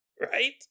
right